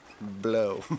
blow